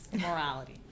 morality